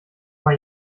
mal